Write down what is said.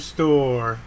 Store